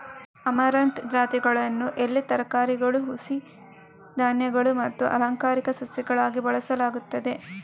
amaranth ಜಾತಿಗಳನ್ನು ಎಲೆ ತರಕಾರಿಗಳು, ಹುಸಿ ಧಾನ್ಯಗಳು ಮತ್ತು ಅಲಂಕಾರಿಕ ಸಸ್ಯಗಳಾಗಿ ಬೆಳೆಸಲಾಗುತ್ತದೆ